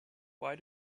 why